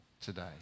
today